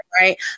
right